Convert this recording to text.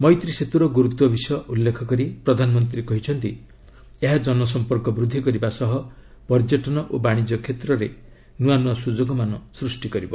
ମୈତ୍ରୀ ସେତୁର ଗୁରୁତ୍ୱ ବିଷୟ ଉଲ୍ଲେଖ କରି ପ୍ରଧାନମନ୍ତ୍ରୀ କହିଛନ୍ତି ଏହା ଜନସମ୍ପର୍କ ବୂଦ୍ଧି କରିବା ସହ ପର୍ଯ୍ୟଟନ ଓ ବାଣିଜ୍ୟ କ୍ଷେତ୍ରରେ ନୂଆ ନୂଆ ସୁଯୋଗମାନ ସୃଷ୍ଟି କରିବ